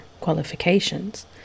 qualifications